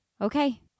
Okay